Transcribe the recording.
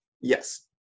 Yes